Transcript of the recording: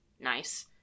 nice